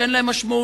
שאין להן משמעות,